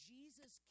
Jesus